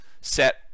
set